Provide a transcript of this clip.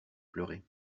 pleurer